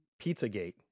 Pizzagate